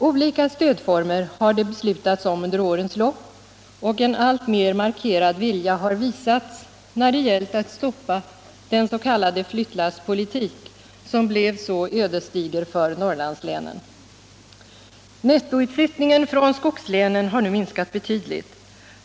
Olika stödformer har beslutats under årens lopp, och en alltmer markerad vilja har visats när det gällt att stoppa den s.k. flyttlasspolitik som blev så ödesdiger för Norrlandsltänen. Nettoutflyttningen från skogslänen har nu minskat betydligt.